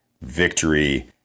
victory